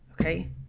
Okay